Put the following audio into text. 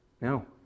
no